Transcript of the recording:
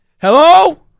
Hello